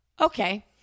Okay